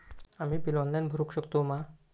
आम्ही bill online भरुक शकतू मा?